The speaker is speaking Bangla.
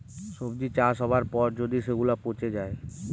সবজি চাষ হবার পর যদি সেগুলা পচে যায়